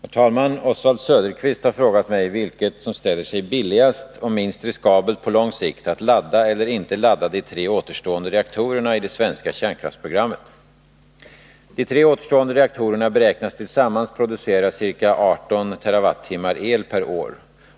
Herr talman! Oswald Söderqvist har frågat mig vilket som ställer sig billigast och minst riskabelt på lång sikt, att ladda eller inte ladda de tre återstående reaktorerna i det svenska kärnkraftsprogrammet. De tre återstående reaktorerna beräknas tillsammans producera ca 18 TWh el per år.